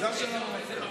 זו השאלה.